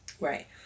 Right